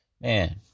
man